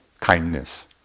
kindness